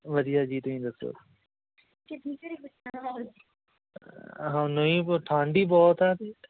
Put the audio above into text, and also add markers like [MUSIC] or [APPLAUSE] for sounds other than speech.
ਵਧੀਆ ਜੀ ਤੁਸੀਂ ਦੱਸੋ [UNINTELLIGIBLE] ਨਹੀਂ ਠੰਡ ਹੀ ਬਹੁਤ ਆ ਅਤੇ